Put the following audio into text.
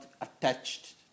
attached